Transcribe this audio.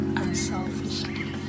unselfishly